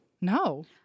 No